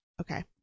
Okay